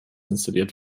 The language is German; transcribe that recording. installiert